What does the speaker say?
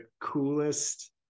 coolest